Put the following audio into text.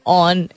on